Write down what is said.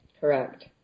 Correct